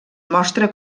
mostra